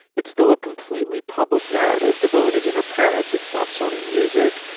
it's still a completely public narrative. the villain isn't her parents. it's not sony music.